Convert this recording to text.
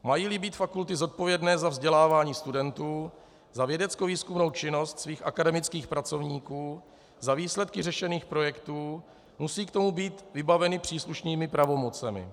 Majíli být fakulty zodpovědné za vzdělávání studentů, za vědeckovýzkumnou činnost svých akademických pracovníků, za výsledky řešených projektů, musí k tomu být vybaveny příslušnými pravomocemi.